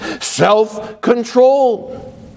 self-control